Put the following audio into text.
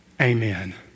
Amen